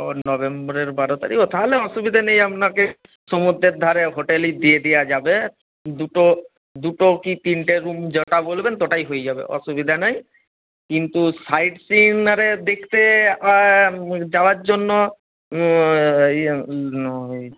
ও নভেম্বরের বারো তারিখ ও তাহলে অসুবিধে নেই আপনাকে সমুদ্রের ধারে হোটেলই দিয়ে দেওয়া যাবে দুটো দুটো কি তিনটে রুম যটা বলবেন তটাই হয়ে যাবে অসুবিধা নাই কিন্তু সাইট সিন দেখতে যাওয়ার জন্য ওই